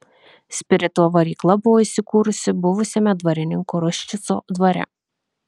spirito varykla buvo įsikūrusi buvusiame dvarininko ruščico dvare